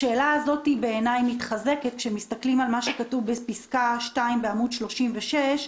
השאלה הזו מתחזקת כשמסתכלים על מה שכתוב בפסקה 2 שבעמוד 36,